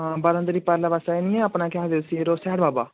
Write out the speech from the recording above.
आं बारां तरीक परले पास्से नी अपने केह् आखदे उसी ओह् सियाढ़ बाबा